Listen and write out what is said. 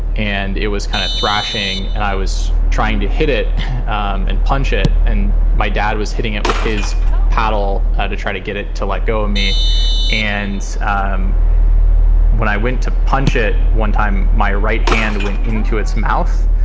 and it was kind of thrashing and i was trying to hit it and punch it. and my dad was hitting it with his paddle to try to get it to let go of me and. um when i went to punch it one time, my right hand went into its mouth.